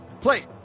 play